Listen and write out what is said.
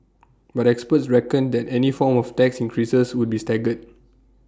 but experts reckoned that any form of tax increases would be staggered